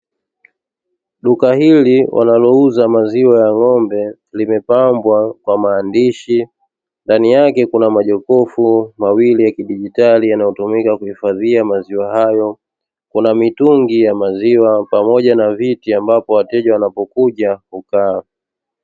Duka hili wanalouza maziwa ya ng'ombe limepambwa kwa maandishi, ndani yake kuna majokofu mawili ya kidigitali yanayotumika kuhifadhia maziwa hayo. Kuna mitungi ya maziwa pamoja na viti ambapo wateja wanapokuja hukaa.